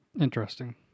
Interesting